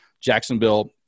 Jacksonville